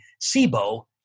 SIBO